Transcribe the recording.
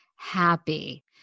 Happy